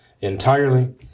entirely